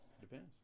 depends